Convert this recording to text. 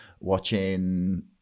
watching